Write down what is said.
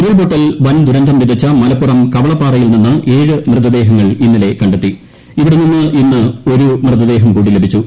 ഉരുൾപൊട്ടൽ വൻദുരന്തം വിതച്ചു മില്പ്പുറം കവളപ്പാറയിൽ നിന്ന് ഏഴ് മൃതദേഹങ്ങൾ ഇന്നലെ കണ്ടെത്ത്ീം ഇവിടെ നിന്ന് ഇന്ന് ഒരു മൃതദേഹം കൂടി ലഭിച്ചു